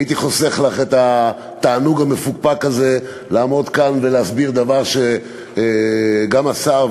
הייתי חוסך לך את התענוג המפוקפק הזה לעמוד כאן ולהסביר דבר שגם השר,